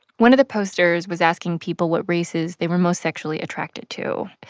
one of the posters was asking people what races they were most sexually attracted to.